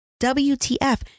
WTF